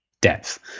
depth